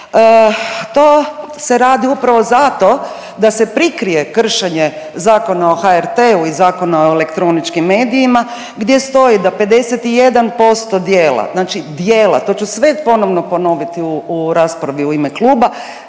to se radi upravo zato da se prikrije kršenje Zakona o HRT-u i Zakona o elektroničkim medijima gdje stoji da 51% djela, znači djela, to ću sve ponovno ponoviti u raspravi u ime kluba,